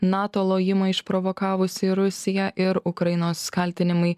nato lojimą išprovokavusį rusiją ir ukrainos kaltinimai